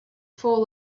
full